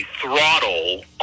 throttle